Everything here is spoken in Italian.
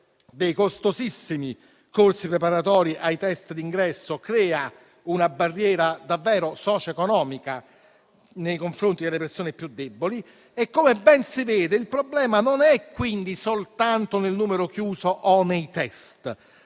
dei costosissimi corsi preparatori ai test d'ingresso crea una barriera davvero socioeconomica nei confronti delle persone più deboli. Come ben si vede, il problema non è, quindi, soltanto nel numero chiuso o nei test,